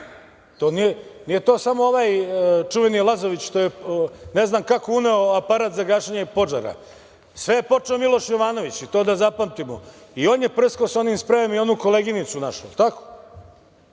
nije to samo ovaj čuveni Lazović što je ne znam kako uneo aparat za gašenje požara, sve je počeo Miloš Jovanović i to da zapamtimo i on je prskao sa onim sprejem i onu našu koleginicu, da li je tako?